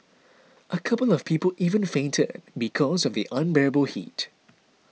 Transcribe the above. a couple of people even fainted because of the unbearable heat